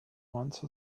once